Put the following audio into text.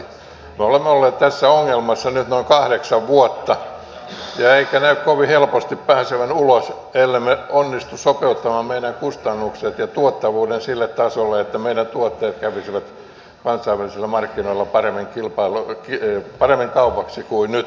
me olemme olleet tässä ongelmassa nyt noin kahdeksan vuotta emmekä näytä kovin helposti pääsevän ulos ellemme onnistu sopeuttamaan meidän kustannuksiamme ja tuottavuuttamme sille tasolle että meidän tuotteemme kävisivät kansainvälisillä markkinoilla paremmin kaupaksi kuin nyt